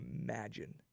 imagine